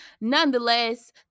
Nonetheless